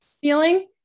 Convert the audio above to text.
feeling